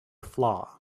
flaw